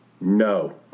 No